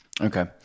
Okay